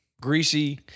greasy